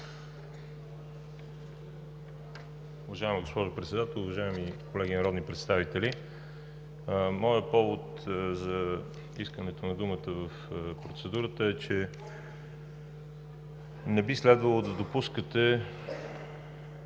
Уважаема госпожо Председател, уважаеми колеги народни представители! Моят повод за искане на думата за процедура е, че не би следвало да допускате,